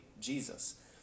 Jesus